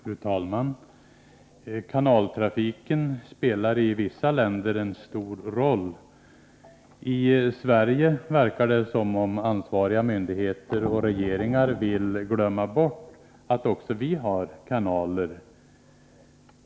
Fru talman! Kanaltrafiken spelar i vissa länder en stor roll. I Sverige verkar det som om ansvariga myndigheter och regeringar vill glömma bort att också vi har kanaler.